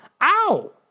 Ow